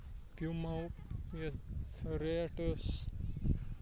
پوٗماہُک یَتھ ریٹ ٲسۍ